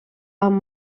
amb